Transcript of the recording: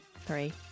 three